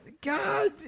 God